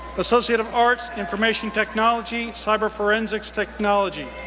associate of arts, information technology, cyber forensics technology.